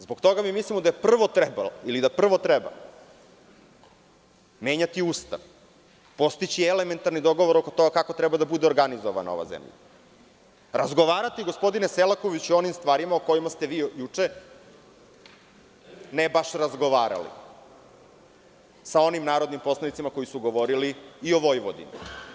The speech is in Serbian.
Zbog toga mi mislimo da je prvo trebalo, ili da prvo treba menjati Ustav, postići elementarni dogovor oko toga kako treba da bude organizovana ova zemlja, razgovarati, gospodine Selakoviću i o onim stvarima o kojima ste vi juče, ne baš razgovarali, sa onim narodnim poslanicima koji su govorili i o Vojvodini.